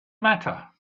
matter